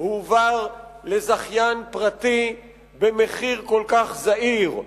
הועבר לזכיין פרטי במחיר כל כך זעיר.